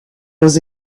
was